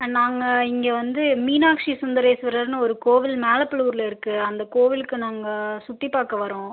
நாங்கள் இங்கே வந்து மீனாட்சி சுந்தரேஸ்வரர்னு ஒரு கோவில் மேலபலூரில் இருக்கு அந்த கோவிலுக்கு நாங்கள் சுற்றிப்பாக்க வரோம்